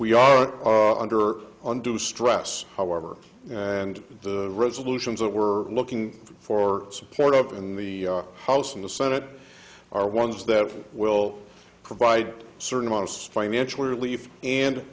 we are under undue stress however and the resolutions that we're looking for support up in the house in the senate are ones that will provide certain modest financial relief and